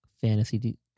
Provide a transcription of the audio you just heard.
fantasy